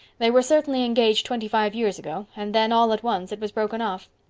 they were certainly engaged twenty-five years ago and then all at once it was broken off.